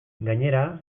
gainera